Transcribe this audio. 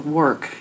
work